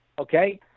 Okay